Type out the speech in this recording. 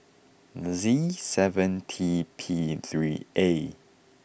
Z seven T P three A